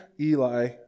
Eli